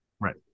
Right